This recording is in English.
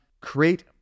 create